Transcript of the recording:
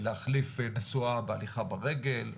להחליף נסועה בהליכה ברגל,